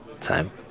time